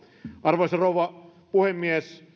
arvoisa rouva puhemies